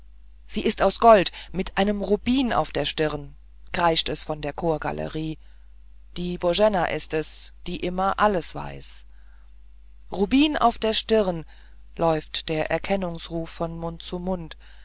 sie ist aus gold mit einem rubin auf der stirn kreischt es von der chorgalerie die boena ist es die immer alles weiß rubin auf der stirn läuft der erkennungsruf von mund zu mund